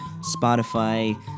Spotify